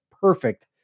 perfect